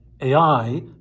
AI